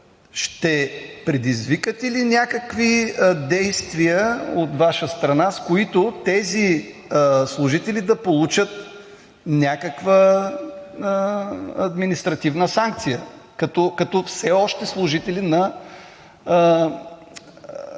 ще предизвикате ли някакви действия от Ваша страна, с които тези служители да получат някаква административна санкция, като служители все